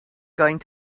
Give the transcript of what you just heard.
going